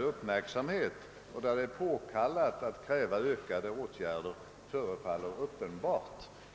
uppmärksamhet och där det är påkallat att kräva ytterligare åtgärder förefaller uppenbart.